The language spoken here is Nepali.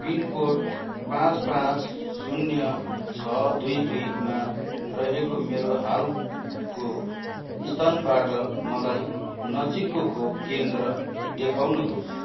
पिनकोड पाँच पाँच शून्य छ दुई दुईमा रहेको मेरो हालको स्थानबाट मलाई नजिकको खोप केन्द्र देखाउनुहोस्